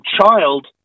child